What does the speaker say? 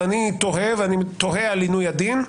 אבל אני תוהה ואני תוהה על עינוי הדין.